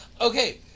Okay